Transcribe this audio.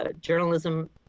journalism